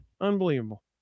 Unbelievable